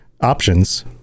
options